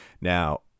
Now